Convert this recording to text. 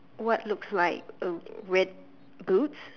what looks like a red boots